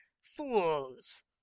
fools